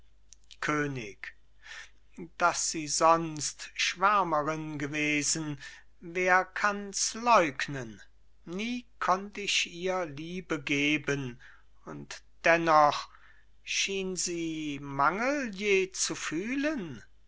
könig daß sie sonst schwärmerin gewesen wer kanns leugnen nie konnt ich ihr liebe geben und dennoch schien sie mangel je zu fühlen